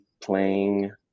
playing